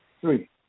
Three